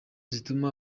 zituma